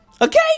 Okay